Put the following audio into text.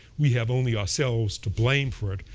we have only ourselves to blame for it,